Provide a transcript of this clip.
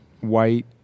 white